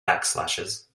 backslashes